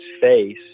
face